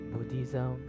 Buddhism